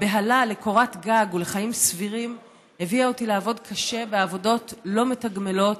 הבהלה לקורת גג ולחיים סבירים הביאה אותי לעבוד קשה בעבודות לא מתגמלות,